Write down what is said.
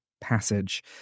passage